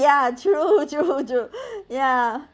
ya true true true ya